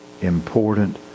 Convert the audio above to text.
important